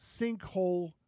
sinkhole